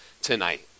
Tonight